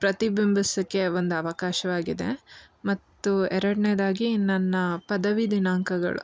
ಪ್ರತಿಬಿಂಬಿಸಕ್ಕೆ ಒಂದು ಅವಕಾಶವಾಗಿದೆ ಮತ್ತು ಎರಡನೇದಾಗಿ ನನ್ನ ಪದವಿ ದಿನಾಂಕಗಳು